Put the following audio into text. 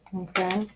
okay